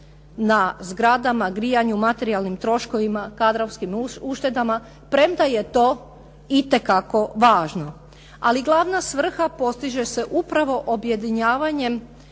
na zgradama, grijanju, materijalnim troškovima, kadrovskim uštedama, premda je to itekako važno. Ali glavna svrha postiže se upravo objedinjavanjem